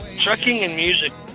trucking and music.